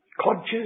conscious